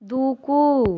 దూకు